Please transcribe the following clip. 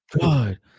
God